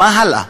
ומה הלאה?